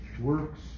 works